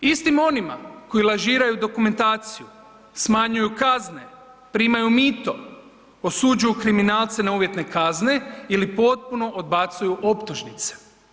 Istim onima koji lažiraju dokumentaciju, smanjuju kazne, primaju mito, osuđuju kriminalce na uvjetne kazne ili potpuno odbacuju optužnice.